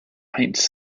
heights